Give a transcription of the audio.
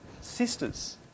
sisters